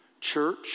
church